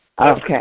Okay